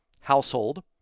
household